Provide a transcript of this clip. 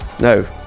No